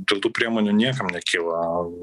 dėl tų priemonių niekam nekyla